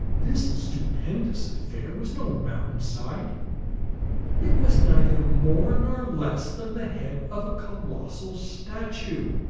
this stupendous affair was no mountainside it was neither more nor less than the head of a colossal statue!